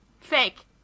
Fake